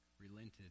relented